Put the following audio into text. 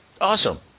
Awesome